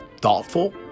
thoughtful